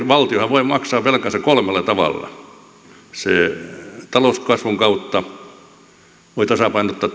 valtiohan voi maksaa velkansa kolmella tavalla se talouskasvun kautta voi tasapainottaa